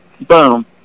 boom